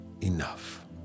enough